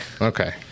Okay